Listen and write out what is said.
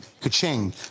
ka-ching